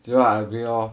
you know I agree lor